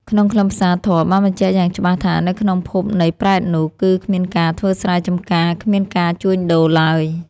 ក្នុងខ្លឹមសារធម៌បានបញ្ជាក់យ៉ាងច្បាស់ថា នៅក្នុងភពនៃប្រេតនោះ គឺគ្មានការធ្វើស្រែចម្ការ គ្មានការជួញដូរឡើយ។